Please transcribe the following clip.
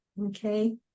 Okay